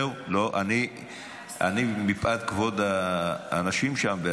ברור, פחד אלוהים.